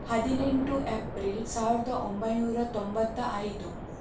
ಹದಿನೆಂಟು ಎಪ್ರಿಲ್ ಸಾವಿರದ ಒಂಬೈನೂರ ತೊಂಬತ್ತ ಐದು